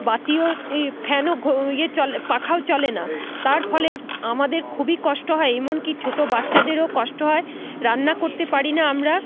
বাতিও এই ফ্যানও ঘো ইয়ে চলে পাখাও চলে না তার ফলে আমাদের খুবই কষ্ট হয় এমনকি ছোট বাচ্চাদেরও কষ্ট হয় রান্না করতে পারি না আমরা